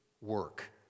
work